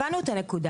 הבנו את הנקודה,